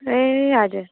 ए हजुर